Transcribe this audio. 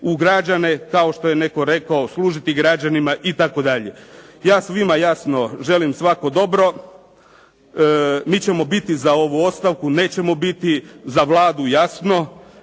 u građane kao što je netko rekao služiti građanima itd. Ja svima jasno želim svako dobro. Mi ćemo biti za ovu ostavku. Nećemo biti za Vladu jasno,